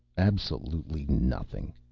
absolutely nothing.